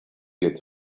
get